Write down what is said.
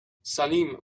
salim